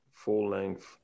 full-length